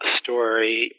story